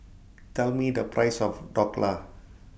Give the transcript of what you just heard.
Tell Me The Price of Dhokla